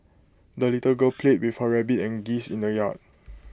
the little girl played with her rabbit and geese in the yard